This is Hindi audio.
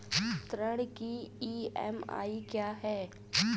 ऋण की ई.एम.आई क्या है?